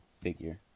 figure